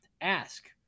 ask